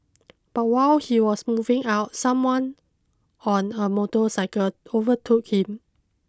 but while he was moving out someone on a motorcycle overtook him